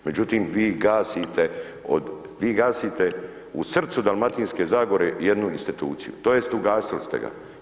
Međutim, vi gasite u srcu Dalmatinske Zagore jednu instituciju tj. ugasili ste ga.